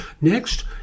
Next